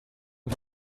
him